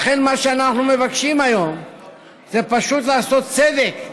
לכן, מה שאנחנו מבקשים היום זה פשוט לעשות צדק,